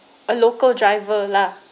a local driver lah